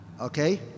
Okay